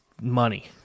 money